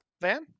Van